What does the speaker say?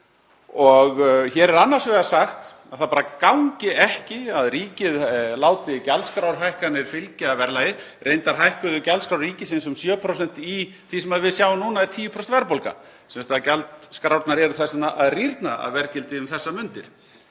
Hér er annars vegar sagt að það bara gangi ekki að ríkið láti gjaldskrárhækkanir fylgja verðlagi. Reyndar hækkuðu gjaldskrár ríkisins um 7% í því sem við sjáum núna að er 10% verðbólga. Gjaldskrárnar eru þess vegna að rýrna að verðgildi um þessar mundir.